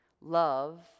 Love